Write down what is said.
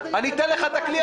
אני אתן לך את הכלי הזה.